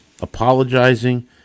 apologizing